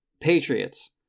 Patriots